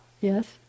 yes